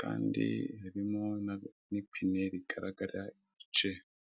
kandi harimo n'ipine rigaragara igice.